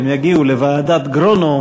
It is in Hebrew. הן יגיעו לוועדת גרונאו,